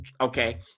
okay